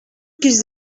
qu’ils